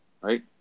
right